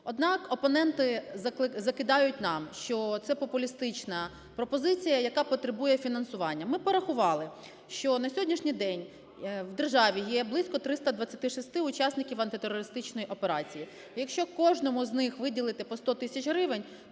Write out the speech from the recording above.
Однак опоненти закидають нам, що цепопулістична пропозиція, яка потребує фінансування. Ми порахували, що на сьогоднішній день в державі є близько 326 учасників антитерористичної операції. Якщо кожному з них виділити по 100 тисяч гривень,